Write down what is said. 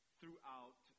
throughout